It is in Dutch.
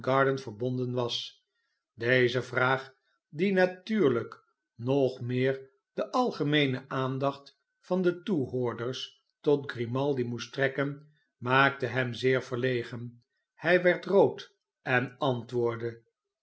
verbonden was deze vraag die natuurlijk nog meer de algemeene aandacht van de toehoorders tot grimaldi moest trekken maakte hem zeer verlegen hij werd rood en antwoordde